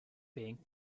being